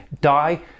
die